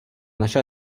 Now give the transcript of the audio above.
našel